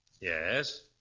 Yes